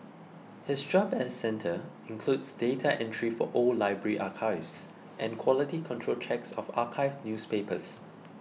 his job at centre includes data entry for old library archives and quality control checks of archived newspapers